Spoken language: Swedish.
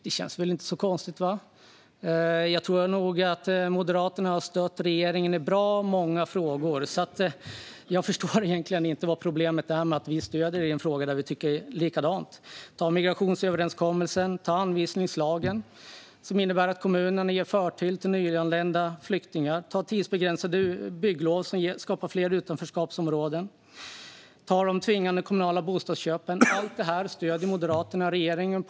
Det är väl inte så konstigt. Moderaterna har ju stött regeringen i många frågor, så jag förstår inte problemet med att Sverigedemokraterna stöder regeringen i en fråga där vi tycker likadant. Vi kan ta migrationsöverenskommelsen och anvisningslagen, som innebär att kommunerna ger nyanlända flyktingar förtur. Vi kan ta tidsbegränsade bygglov, vilket skapar fler utanförskapsområden. Vi kan ta de tvingande kommunala bostadsköpen. Allt detta stödde Moderaterna regeringen i.